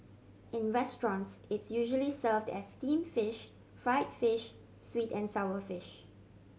in restaurants it's usually served as steamed fish fried fish sweet and sour fish